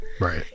Right